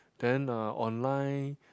then uh online